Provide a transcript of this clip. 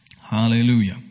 Hallelujah